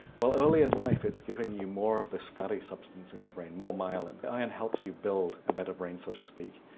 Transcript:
well early in life it's giving you more of this fatty substance in your brain, more myelin, iron helps you build a better brain, so to speak.